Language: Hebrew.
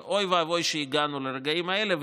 ואוי ואבוי שהגענו לרגעים האלה.